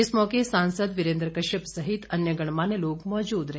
इस मौके सांसद वीरेन्द्र कश्यप सहित अन्य गणमान्य लोग मौजूद रहे